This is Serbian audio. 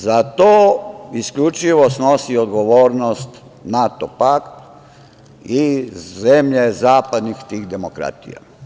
Za to isključivo snosi odgovornost NATO pakt i zemlje zapadnih tih demokratija.